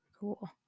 Cool